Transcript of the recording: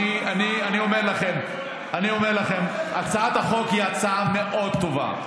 אני אומר לכם, הצעת החוק היא הצעה מאוד טובה.